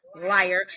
Liar